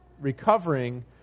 recovering